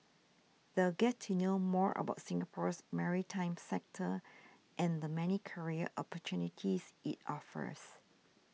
they'll get to know more about Singapore's maritime sector and the many career opportunities it offers